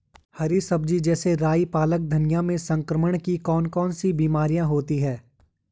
हरी सब्जी जैसे राई पालक धनिया में संक्रमण की कौन कौन सी बीमारियां होती हैं?